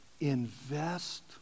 invest